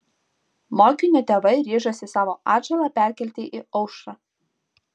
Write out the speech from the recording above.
mokinio tėvai ryžosi savo atžalą perkelti į aušrą